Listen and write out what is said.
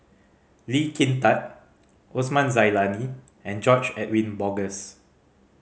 Lee Kin Tat Osman Zailani and George Edwin Bogaars